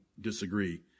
disagree